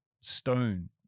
stone